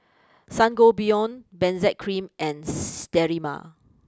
Sangobion Benzac cream and Sterimar